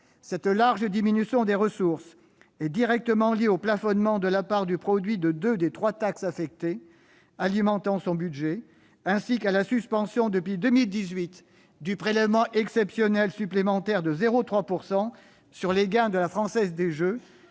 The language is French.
Cette large diminution des ressources est directement liée au plafonnement de la part du produit de deux des trois taxes affectées alimentant son budget, ainsi qu'à la suspension, depuis 2018, du prélèvement exceptionnel supplémentaire de 0,3 % sur les gains de la Française des jeux,